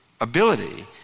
ability